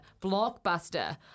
blockbuster